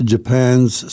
Japan's